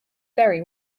very